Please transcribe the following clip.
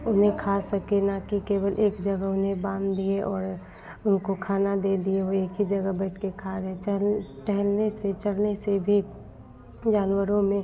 उन्हें खा सकें न कि केवल एक जगह उन्हें बांधिए और उनको खाना दीजिए वे एक ही जगह बैठकर खा रहे चर टहलने से चरने से भी जानवरों में